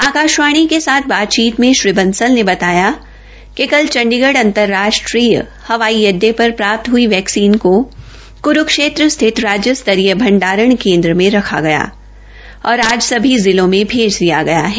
आकाश्वाणी के साथ बातचीत मे श्री बंसल ने बताया कि कल चंडीगढ़ अंतर्राष्ट्रीय हवाई अड्डे र प्राप्त हई वैक्सीन को कुरूक्षेत्र स्थित राज्य स्तरीय भंडारण केन्द्र रख गया और आज सभी जिलों में भेज दिया गया है